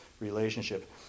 relationship